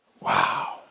Wow